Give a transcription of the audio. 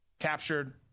captured